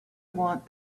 want